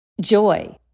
joy